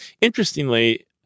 Interestingly